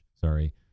Sorry